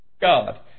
God